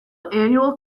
annual